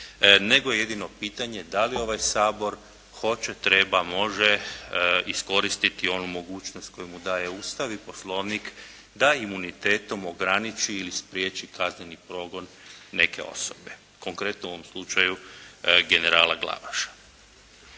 nego je jedino pitanje da li ovaj Sabor hoće, treba, može iskoristiti onu mogućnost koju mu daje Ustav i Poslovnik da imunitetom ograniči ili spriječi kazneni progon neke osobe konkretno u ovom slučaju generala Glavaša.